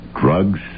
drugs